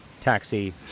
taxi